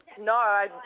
No